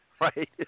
right